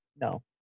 no